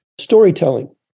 Storytelling